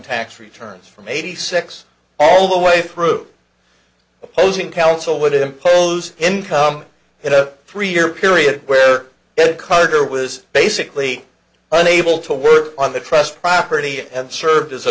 tax returns from eighty six all the way through opposing counsel would impose income in a three year period where carter was basically unable to work on the trust property and served as a